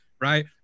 right